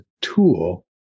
tool